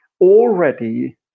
already